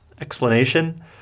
Explanation